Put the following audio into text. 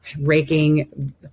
raking